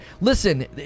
Listen